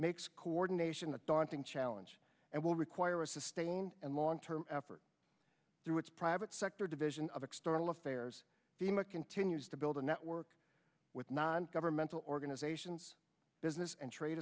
makes coordination a daunting challenge and will require a sustained and long term effort through its private sector division of external affairs thema continues to build a network with non governmental organizations business and trade